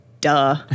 duh